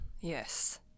Yes